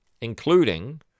including